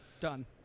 Done